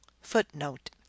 Footnote